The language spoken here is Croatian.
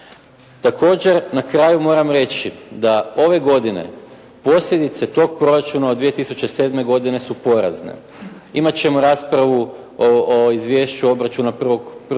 Također na kraju moram reći da ove godine posljedice tog proračuna od 2007. godine su porazne. Imat ćemo raspravu o izvješću obračuna prvog